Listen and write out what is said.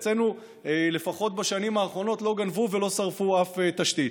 אצלנו לפחות בשנים האחרונות לא גנבו ולא שרפו אף תשתית,